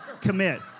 commit